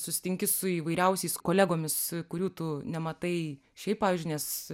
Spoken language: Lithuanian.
susitinki su įvairiausiais kolegomis kurių tu nematai šiaip pavyzdžiui nes